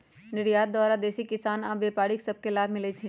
निर्यात द्वारा देसी किसान आऽ व्यापारि सभ के लाभ मिलइ छै